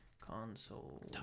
Console